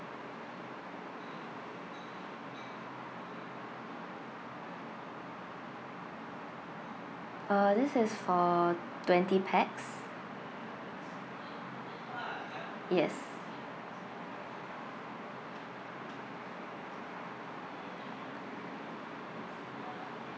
uh this is for twenty pax yes